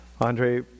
Andre